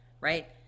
Right